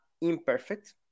imperfect